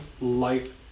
Life